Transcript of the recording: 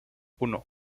uno